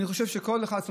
אני חושב שכל אחד,